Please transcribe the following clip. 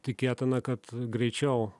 tikėtina kad greičiau